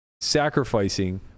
sacrificing